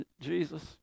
Jesus